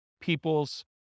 people's